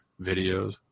videos